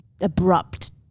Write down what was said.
abrupt